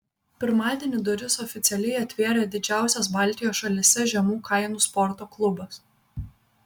pirmadienį duris oficialiai atvėrė didžiausias baltijos šalyse žemų kainų sporto klubas